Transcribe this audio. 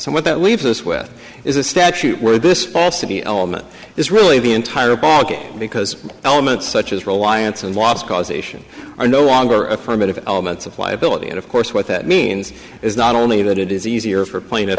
and what that leaves us with is a statute where this falsity element is really the entire bargain because elements such as reliance and loss causation are no longer affirmative elements of liability and of course what that means is not only that it is easier for plain